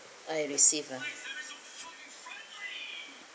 I received ah